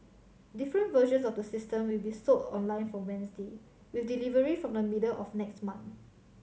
different versions of the system will be sold online from Wednesday with delivery from the middle of next month